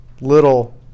little